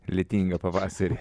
lietingą pavasarį